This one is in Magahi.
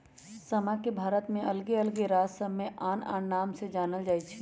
समा के भारत के अल्लग अल्लग राज सभमें आन आन नाम से जानल जाइ छइ